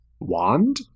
wand